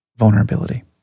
vulnerability